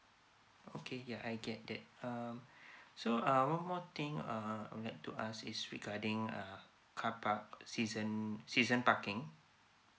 okay ya I get that um so uh one more thing uh I would like to ask is regarding uh carpark season um season parking